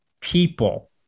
people